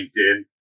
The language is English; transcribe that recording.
LinkedIn